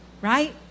right